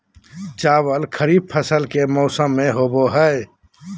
चावल खरीफ फसल के मौसम में होबो हइ